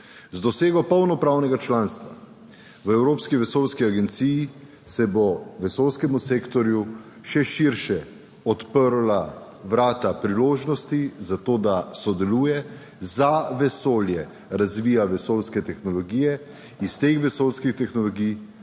Z dosego polnopravnega članstva v Evropski vesoljski agenciji se bodo vesoljskemu sektorju še širše odprla vrata priložnosti za to, da sodeluje za vesolje razvija vesoljske tehnologije, iz teh vesoljskih tehnologij